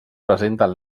presenten